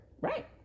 Right